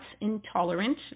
intolerant